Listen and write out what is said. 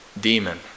demon